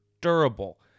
durable